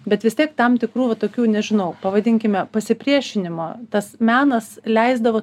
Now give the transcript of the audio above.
bet vis tiek tam tikrų va tokių nežinau pavadinkime pasipriešinimo tas menas leisdavo